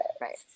Right